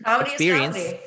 experience